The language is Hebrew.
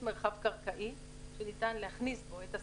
מרחב קרקעי שניתן להכניס בו את השדה,